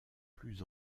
plus